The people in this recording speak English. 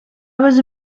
was